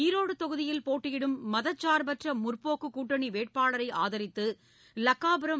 ஈரோடு தொகுதியில் போட்டியிடும் மதச்சார்பற்ற முற்போக்கு கூட்டணி வேட்பாளரை ஆதரித்து லக்காபுரம்